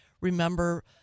remember